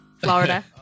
Florida